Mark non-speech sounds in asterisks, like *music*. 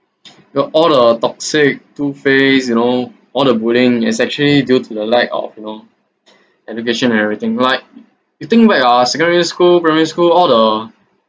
*noise* the all the toxic two faced you know all the bullying is actually due to the lack of you know *breath* education and everything like you think back ah secondary school primary school all the